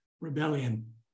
rebellion